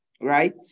right